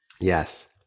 Yes